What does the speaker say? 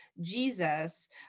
Jesus